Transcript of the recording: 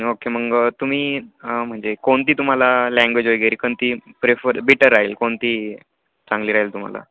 okay मग तुम्ही म्हणजे कोणती तुम्हाला लँग्वेज वैगेरे कोणती प्रेफर बेटर राहील कोणती चांगली राहील तुम्हाला